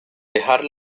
dejar